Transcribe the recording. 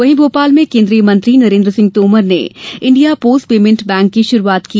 वहीं भोपाल में केन्द्रीय मंत्री नरेन्द्र सिंह तोमर ने इंडिया पोस्ट पेमेण्ट बैंक की शुरूआत की